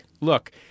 look